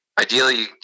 ideally